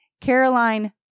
Caroline